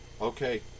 Okay